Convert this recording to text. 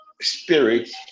Spirit